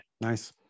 Nice